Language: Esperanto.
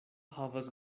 havas